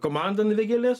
komanda vėgėlės